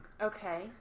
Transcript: Okay